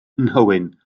nhywyn